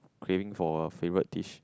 craving for a favorite dish